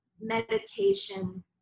meditation